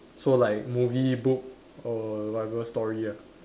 so like movie book or whatever story ah